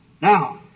Now